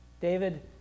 David